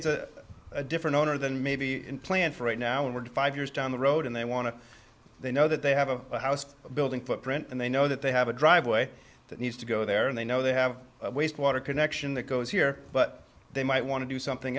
it's a different owner than maybe plan for right now when we're five years down the road and they want to they know that they have a house building footprint and they know that they have a driveway that needs to go there and they know they have wastewater connection that goes here but they might want to do something